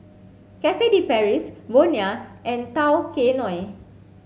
Cafe De Paris Bonia and Tao Kae Noi